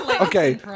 Okay